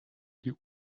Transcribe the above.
die